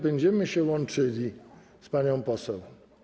Będziemy się łączyli z panią poseł.